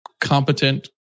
competent